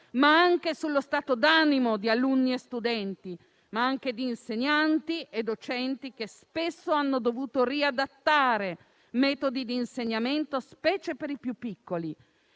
ma anche sullo stato d'animo di alunni e studenti, come pure di insegnanti e docenti che spesso hanno dovuto riadattare metodi di insegnamento, specialmente per i più piccoli.